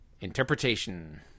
interpretation